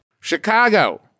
Chicago